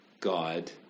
God